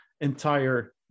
entire